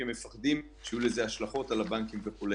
הם מפחדים שיהיו לזה השלכות על הבנקים וכו',